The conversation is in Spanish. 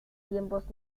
tiempos